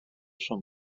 són